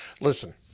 Listen